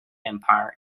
empire